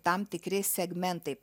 tam tikri segmentai